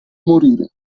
morire